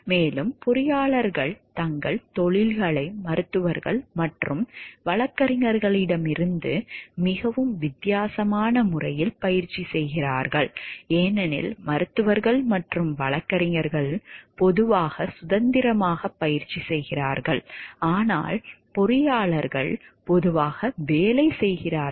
மேலும் பொறியியலாளர்கள் தங்கள் தொழில்களை மருத்துவர்கள் மற்றும் வழக்கறிஞர்களிடமிருந்து மிகவும் வித்தியாசமான முறையில் பயிற்சி செய்கிறார்கள் ஏனெனில் மருத்துவர்கள் மற்றும் வழக்கறிஞர்கள் பொதுவாக சுதந்திரமாக பயிற்சி செய்கிறார்கள் ஆனால் பொறியாளர்கள் பொதுவாக வேலை பெறுகிறார்கள்